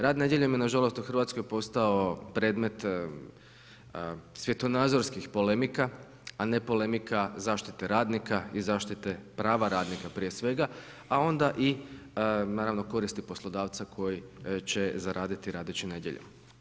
Rad nedjeljom je nažalost u Hrvatskoj postao predmet svjetonazorskih polemika, a ne polemika zaštite radnika i zaštite prava radnika prije svega a onda i naravno, koristi poslodavca koji će zaraditi radeći nedjeljom.